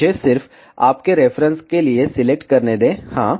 मुझे सिर्फ आपके रेफरेंस के लिए सिलेक्ट करने दें हाँ